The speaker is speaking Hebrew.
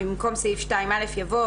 "במקום סעיף 2א יבוא,